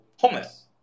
homeless